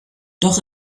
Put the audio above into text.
doch